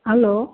hello